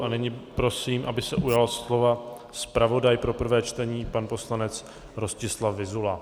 A nyní prosím, aby se ujal slova zpravodaj pro prvé čtení pan poslanec Rostislav Vyzula.